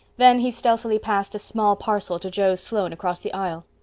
then he stealthily passed a small parcel to joe sloane across the aisle.